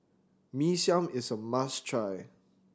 Mee Siam is a must try